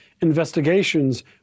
investigations